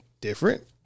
different